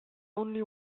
only